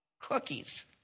cookies